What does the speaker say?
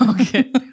Okay